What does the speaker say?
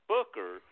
Booker